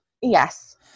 Yes